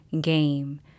game